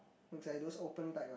is like those open type ah